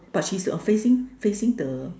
but she is a facing facing the